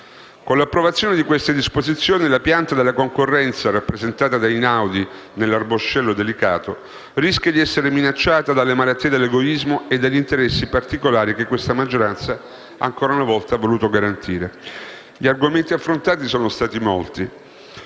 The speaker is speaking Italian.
Con l'approvazione di queste disposizioni, la pianta della concorrenza, rappresentata da Einaudi nell'arboscello delicato, rischia di essere minacciata dalle malattie dell'egoismo e degli interessi particolari che questa maggioranza ancora una volta ha voluto garantire. Gli argomenti affrontati sono stati molti.